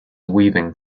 weaving